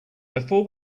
before